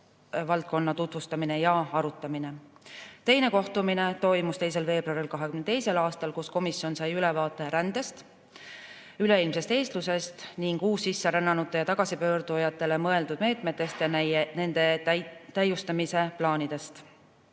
valdkonna tutvustamine ja arutamine. Teine kohtumine toimus 2. veebruaril 2022. aastal. Seal sai komisjon ülevaate rändest, üleilmsest eestlusest ning uussisserännanutele ja tagasipöördujatele mõeldud meetmetest ja nende täiustamise plaanidest.